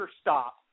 stop